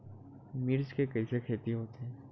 मिर्च के कइसे खेती होथे?